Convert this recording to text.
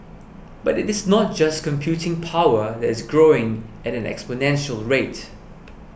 but it is not just computing power that is growing at an exponential rate